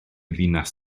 ddinas